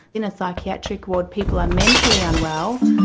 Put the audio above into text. in a psychiatric ward people are mentally unwell,